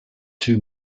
two